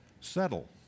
settle